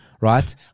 Right